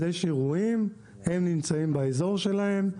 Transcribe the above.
יש אירועים הם נמצאים באזור שלהם,